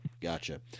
Gotcha